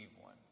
one